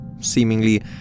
Seemingly